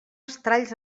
estralls